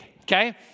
Okay